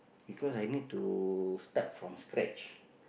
because I need to start from scratch